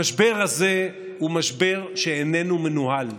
המשבר הזה הוא משבר שאיננו מנוהל,